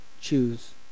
choose